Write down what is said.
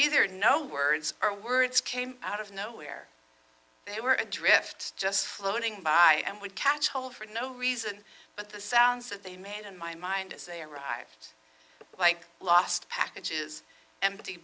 either no words are words came out of nowhere they were adrift just floating by and would catch hold for no reason but the sounds that they made in my mind as they arrived like lost packages empty